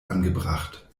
angebracht